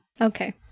okay